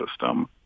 system